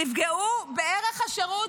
תפגעו בערך השירות,